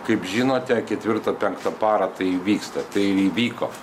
kaip žinote ketvirtą penktą parą tai įvyksta tai įvyko